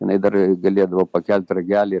jinai dar galėdavo pakelt ragelį